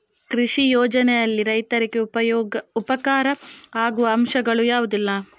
ಕೃಷಿ ಯೋಜನೆಯಲ್ಲಿ ರೈತರಿಗೆ ಉಪಕಾರ ಆಗುವ ಅಂಶಗಳು ಯಾವುದೆಲ್ಲ?